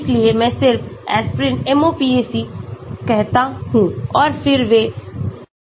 इसलिए मैं सिर्फ एस्पिरिन MOPAC कहता हूं और फिर वे पारगमन करते हैं